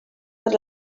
per